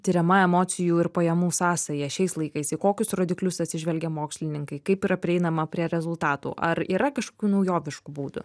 tiriama emocijų ir pajamų sąsaja šiais laikais į kokius rodiklius atsižvelgia mokslininkai kaip yra prieinama prie rezultatų ar yra kažkokių naujoviškų būdų